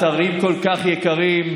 אתרים כל כך יקרים.